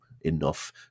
enough